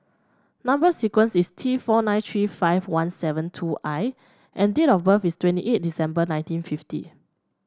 number sequence is T four nine three five one seven two I and date of birth is twenty eight December nineteen fifty